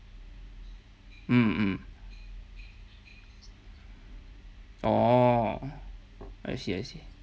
mm orh I see I see